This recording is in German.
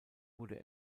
wurde